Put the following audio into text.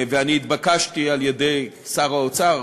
אני התבקשתי על-ידי שר האוצר,